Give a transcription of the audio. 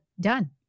Done